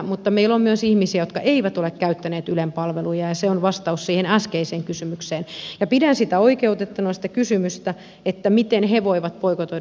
mutta meillä on myös ihmisiä jotka eivät ole käyttäneet ylen palveluja ja se on vastaus siihen äskeiseen kysymykseen ja pidän oikeutettuna sitä kysymystä miten he voivat boikotoida